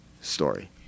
story